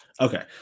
Okay